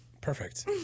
Perfect